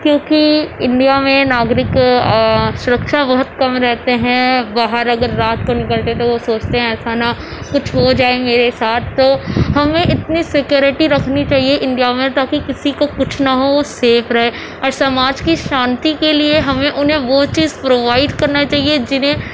کیوںکہ انڈیا میں ناگرک سرکشا بہت کم رہتے ہیں باہر اگر رات کو نکلتے تو وہ سوچتے ہیں ایسا نہ کچھ ہو جائے میرے ساتھ تو ہمیں اتنی سیکورٹی رکھنی چاہیے انڈیا میں تاکہ کسی کو کچھ نہ ہو وہ سیف رہے اور سماج کی شانتی کے لیے ہمیں اُنہیں وہ چیز پرووائڈ کرنا چاہیے جنہیں